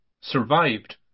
survived